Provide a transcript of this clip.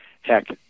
heck